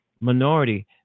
minority